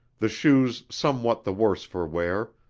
the shoes somewhat the worse for wear,